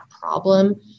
problem